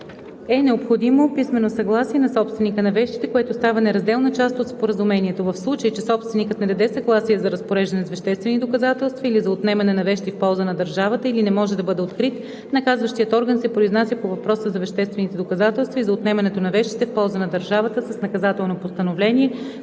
е необходимо писмено съгласие на собственика на вещите, което става неразделна част от споразумението. В случай че собственикът не даде съгласие за разпореждане с веществени доказателства или за отнемане на вещи в полза на държавата или не може да бъде открит, наказващият орган се произнася по въпроса за веществените доказателства и за отнемането на вещите в полза на държавата с наказателно постановление,